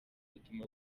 ituma